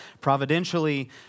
providentially